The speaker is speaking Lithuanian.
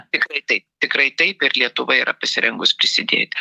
tikrai taip tikrai taip ir lietuva yra pasirengus prisidėti